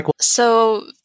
So-